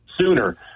sooner